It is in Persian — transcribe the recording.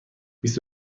بیست